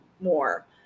more